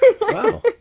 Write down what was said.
Wow